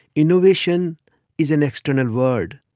innovation is an external word.